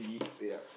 yup